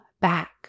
back